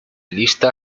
lista